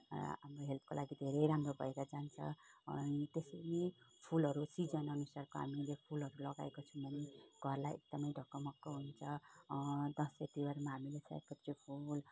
हाम्रो हेल्थको लागि धेरै राम्रो भएर जान्छ अनि त्यसरी फुलहरू सिजन आनुसारको हामीले फुलहरू लगाएको छौँ भने घरलाई एकदमै ढकमक्क हुन्छ दसैँ तिहारमा हामीले सयपत्री फुल